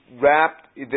wrapped